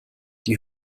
die